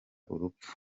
urupfu